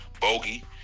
bogey